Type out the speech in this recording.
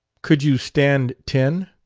could you stand ten?